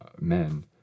men